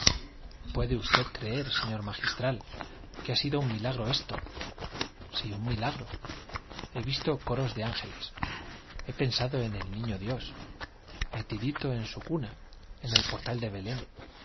puede usted creer señor magistral que ha sido un milagro esto sí un milagro he visto coros de ángeles he pensado en el niño dios metidito en su cuna en el portal de belem